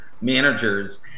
managers